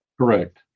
correct